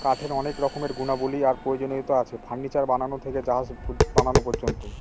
কাঠের অনেক রকমের গুণাবলী আর প্রয়োজনীয়তা আছে, ফার্নিচার বানানো থেকে জাহাজ বানানো পর্যন্ত